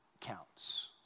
counts